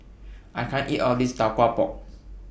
I can't eat All of This Tau Kwa Pau